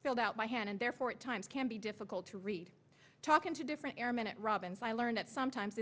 filled out by hand and therefore at times can be difficult to read talking to different air minute robins i learned that sometimes